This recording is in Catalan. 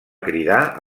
cridar